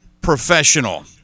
professional